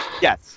yes